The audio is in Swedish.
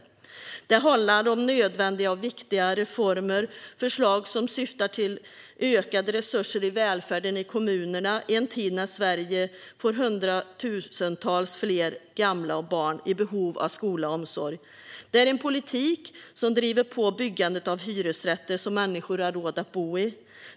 Vår politik handlar om nödvändiga och viktiga reformer och förslag som syftar till att ge kommunerna ökade resurser till välfärd i en tid när Sverige får hundratusentals fler barn och gamla i behov av skola och omsorg. Det är också en politik som driver på byggandet av hyresrätter som människor har råd att bo i.